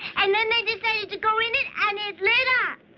and then they decided to go in it, and it lit up.